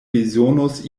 bezonos